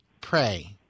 Pray